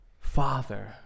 Father